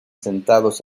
sentados